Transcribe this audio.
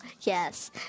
Yes